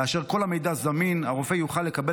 כאשר כל המידע זמין הרופא יוכל לקבל